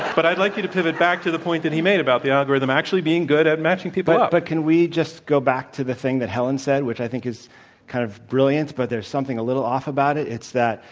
but i'd like you to pivot back to the point that he made about the algorithm actually being good at matching people up. but can we just go back to the thing that helen said which i think is kind of brilliant? but there's something a little off about it? it's that